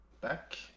back